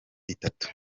itatu